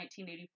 1984